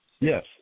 Yes